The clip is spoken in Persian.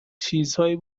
چیزهایی